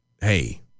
hey